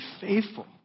faithful